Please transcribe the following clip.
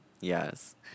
yes